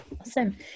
awesome